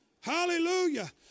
Hallelujah